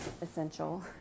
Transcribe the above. essential